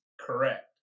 Correct